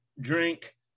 drink